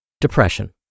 Depression